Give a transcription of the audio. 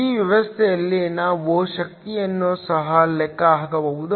ಈ ವ್ಯವಸ್ಥೆಯಲ್ಲಿ ನಾವು ಶಕ್ತಿಯನ್ನು ಸಹ ಲೆಕ್ಕ ಹಾಕಬಹುದು